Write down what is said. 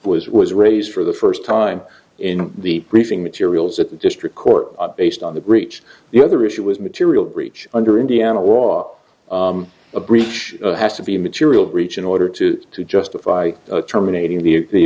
was was raised for the first time in the briefing materials at the district court based on the breach the other issue was material breach under indiana law a breach has to be material breach in order to justify terminating the the